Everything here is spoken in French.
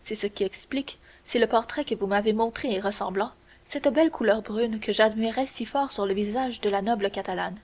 c'est ce qui explique si le portrait que vous m'avez montré est ressemblant cette belle couleur brune que j'admirais si fort sur le visage de la noble catalane